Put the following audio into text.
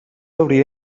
hauria